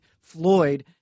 Floyd